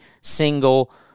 single